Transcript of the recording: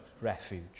refuge